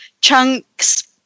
chunks